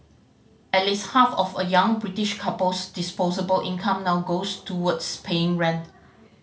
at least half of a young British couple's disposable income now goes towards paying rent